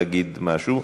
להגיד משהו.